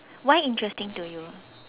why interesting to you